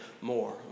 more